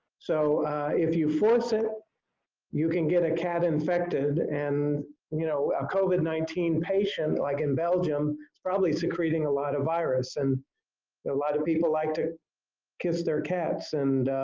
so if you force it you can get a cat infected and you know a covid nineteen patient like in belgium probably secreting a lot of virus and a lot of people like to kiss their cats and